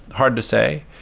hard to say,